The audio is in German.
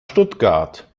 stuttgart